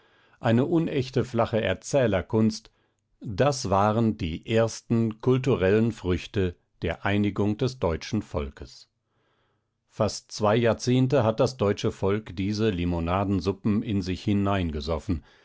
eine unechte flache erzählerkunst das waren die ersten kulturellen früchte der einigung des deutschen volkes fast zwei jahrzehnte hat das deutsche volk diese limonadensuppen in sich